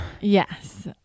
Yes